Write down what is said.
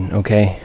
okay